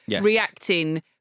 reacting